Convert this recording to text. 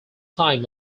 time